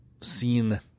seen